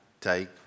take